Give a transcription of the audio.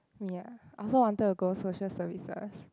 ya I also wanted to go social services